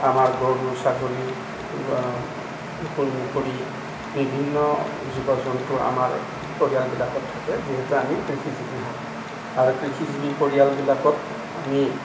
আমাৰ গৰু ছাগলী কুকুৰ মেকুৰী বিভিন্ন জীৱ জন্তু আমাৰ পৰিয়ালবিলাকত থাকে যিহেতু আমি কৃষিজীৱি হওঁ আৰু কৃষিজীৱি পৰিয়ালবিলাকত আমি